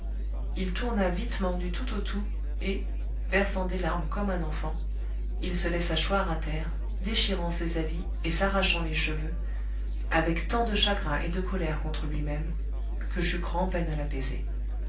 il tourna vitement du tout au tout et versant des larmes comme un enfant il se laissa choir à terre déchirant ses habits et s'arrachant les cheveux avec tant de chagrin et de colère contre lui-même que j'eus grand'peine à l'apaiser